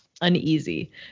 uneasy